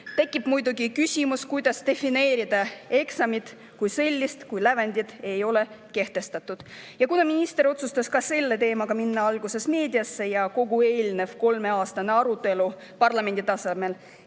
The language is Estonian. Tekib muidugi küsimus, kuidas defineerida eksamit kui sellist, kui lävendit ei ole kehtestatud. Kuna minister otsustas ka selle teemaga minna alguses meediasse ja kogu eelnev kolmeaastane arutelu parlamendi tasemel